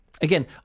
Again